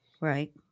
Right